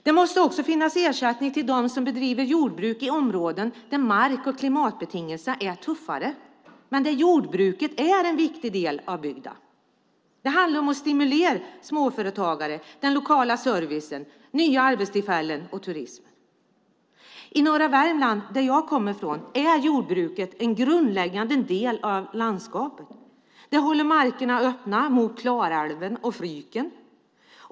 Det måste också finnas ersättning till dem som bedriver jordbruk i områden där mark och klimatbetingelserna är tuffare, men där jordbruket är en viktig del av bygden. Det handlar om att stimulera småföretagare, den lokala servicen, nya arbetstillfällen och turism. I norra Värmland, där jag kommer från, är jordbruket en grundläggande del av landskapet. Det håller markerna öppna ned mot Klarälven och Fryken.